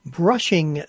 brushing